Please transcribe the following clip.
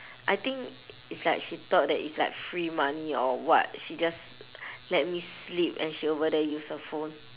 I think it's like she thought that it's like free money or what she just let me sleep and she over there use her phone